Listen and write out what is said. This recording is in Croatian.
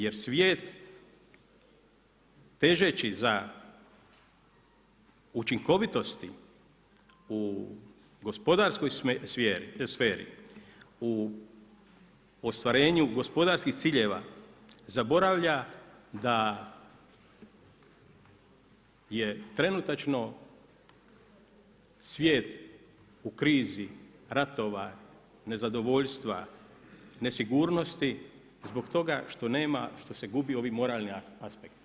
Jer svijet, težeći za učinkovitosti u gospodarskoj sferi, u ostvarenju gospodarskih ciljeva, zaboravlja da je trenutačno svijet u krizi, ratova, nezadovoljstva, nesigurnosti, zbog toga što nema, što se gubi ovaj moralni aspekt.